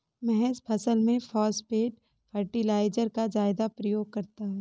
महेश फसल में phosphate fertilizer का ज्यादा प्रयोग करता है